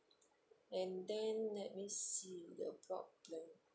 and then let me see with your broadband